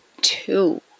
two